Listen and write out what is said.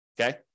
okay